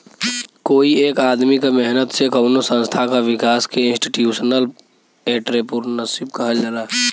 कोई एक आदमी क मेहनत से कउनो संस्था क विकास के इंस्टीटूशनल एंट्रेपर्नुरशिप कहल जाला